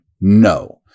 no